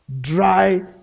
dry